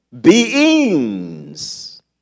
beings